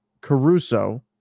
Caruso